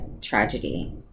tragedy